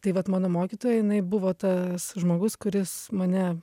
tai vat mano mokytoja jinai buvo tas žmogus kuris mane